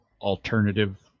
alternative